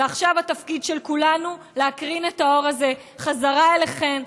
ועכשיו התפקיד שלנו כולנו הוא להקרין את האור הזה בחזרה אליכן,